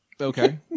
Okay